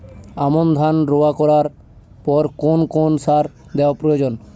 আমন ধান রোয়া করার পর কোন কোন সার দেওয়া প্রয়োজন?